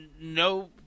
no